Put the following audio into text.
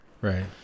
Right